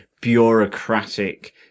bureaucratic